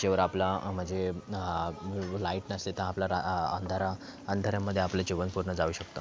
विजेवर आपला म्हणजे लाईट नसले तर आपला अंधारा अंधारामध्ये आपलं जेवण पूर्ण जाळू शकतं